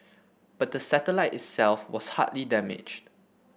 but the satellite itself was hardly damaged